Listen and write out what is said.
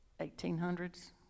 1800s